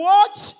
Watch